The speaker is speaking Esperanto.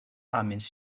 amis